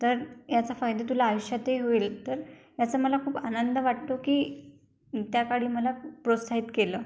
तर याचा फायदे तुला आयुष्यातही होईल तर याचा मला खूप आनंद वाटतो की त्याकाळी मला प्रोत्साहित केलं